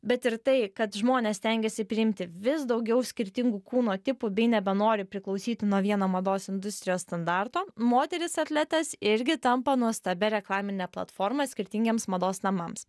bet ir tai kad žmonės stengiasi priimti vis daugiau skirtingų kūno tipų jei nebenori priklausyti nuo vieno mados industrijos standarto moterys atletės irgi tampa nuostabia reklamine platforma skirtingiems mados namams